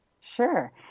Sure